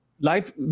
Life